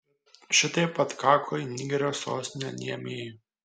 šitaip atkako į nigerio sostinę niamėjų